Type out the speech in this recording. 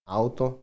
auto